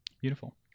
Beautiful